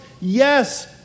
Yes